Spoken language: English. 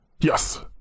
Yes